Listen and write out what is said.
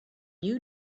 you